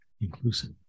Inclusive